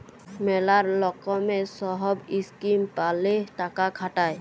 ম্যালা লকমের সহব ইসকিম প্যালে টাকা খাটায়